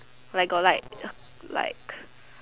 like got like like